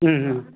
ம் ம்